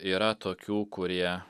yra tokių kurie